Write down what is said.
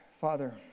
Father